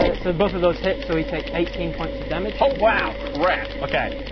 ah so both of those hit so he takes eighteen points of damage. oh, wow, crap, okay